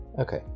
Okay